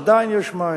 עדיין יש מים.